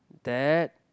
that